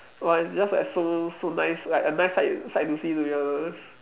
!wah! it's just like so so nice like a nice sight sight to see to be honest